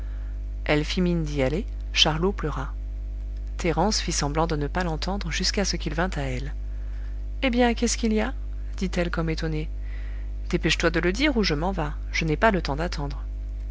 elle fit mine d'y aller charlot pleura thérence fit semblant de ne pas l'entendre jusqu'à ce qu'il vînt à elle eh bien qu'est-ce qu'il y a dit-elle comme étonnée dépêche-toi de le dire ou je m'en vas je n'ai pas le temps d'attendre